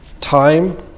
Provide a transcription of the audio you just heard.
time